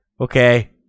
Okay